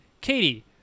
Katie